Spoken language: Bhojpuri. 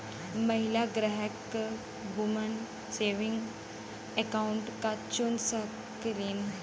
महिला ग्राहक वुमन सेविंग अकाउंट क चुन सकलीन